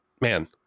man